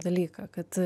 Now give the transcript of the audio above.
dalyką kad